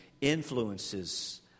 influences